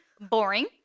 boring